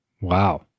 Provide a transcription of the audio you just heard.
Wow